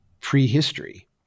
prehistory